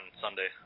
Sunday